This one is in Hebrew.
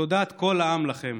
תודת כל העם לכם.